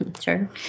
Sure